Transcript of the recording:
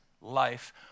life